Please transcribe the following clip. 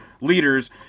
leaders